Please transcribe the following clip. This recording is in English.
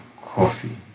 coffee